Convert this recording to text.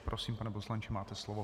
Prosím, pane poslanče, máte slovo.